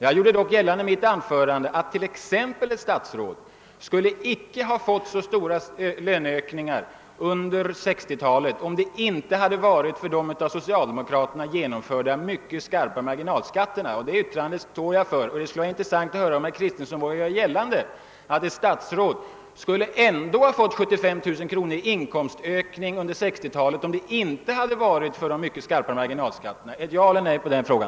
Jag gjorde dock i mitt anförande gällande att ett statsråd t.ex. icke skulle ha erhållit så stor löneökning under 1960-talet, om det inte varit för de av socialdemokraterna genomförda mycket skarpa marginalskatterna. Det yttrandet står jag för, och det skulle vara mycket intressant att höra om herr Kristenson anser att ett statsråd skulle ha fått 75 000 kr. i inkomstökning under 1960-talet, även om vi inte haft de mycket skarpa marginalskatterna. Jag ber om ett ja eller ett nej på den frågan.